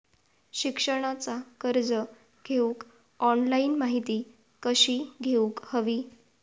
शिक्षणाचा कर्ज घेऊक ऑनलाइन माहिती कशी घेऊक हवी?